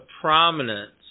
prominence